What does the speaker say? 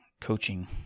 coaching